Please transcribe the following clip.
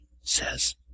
says